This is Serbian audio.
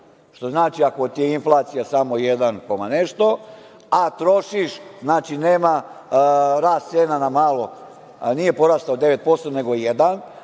što znači ako ti je inflacija samo jedan koma nešto, a trošiš, znači nema rast cena na malo, nije porastao 9% nego jedan,